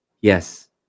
Yes